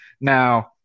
Now